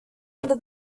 under